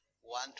one